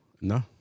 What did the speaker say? no